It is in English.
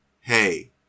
hey